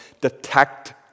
detect